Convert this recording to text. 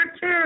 two